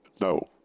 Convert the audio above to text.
No